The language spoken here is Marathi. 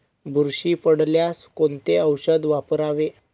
बुरशी पडल्यास कोणते औषध वापरावे?